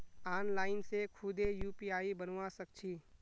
online से खुदे UPI बनवा सक छी